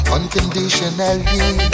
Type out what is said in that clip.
Unconditionally